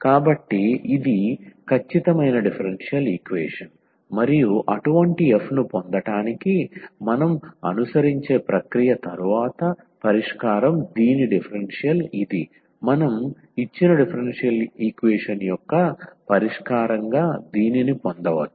కాబట్టి ఇది ఖచ్చితమైన డిఫరెన్షియల్ ఈక్వేషన్ మరియు అటువంటి f ను పొందటానికి మనం అనుసరించే ప్రక్రియ తరువాత పరిష్కారం దీని డిఫరెన్షియల్ ఇది మనం ఇచ్చిన డిఫరెన్షియల్ ఈక్వేషన్ యొక్క పరిష్కారంగా దీనిని పొందవచ్చు